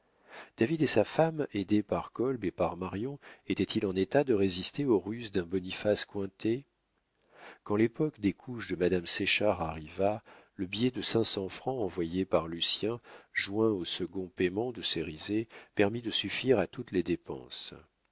david et sa femme aidés par kolb et par marion étaient-ils en état de résister aux ruses d'un boniface cointet quand l'époque des couches de madame séchard arriva le billet de cinq cents francs envoyé par lucien joint au second payement de cérizet permit de suffire à toutes les dépenses